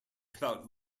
about